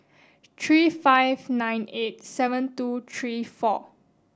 three five nine eight seven two three four